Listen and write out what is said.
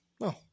No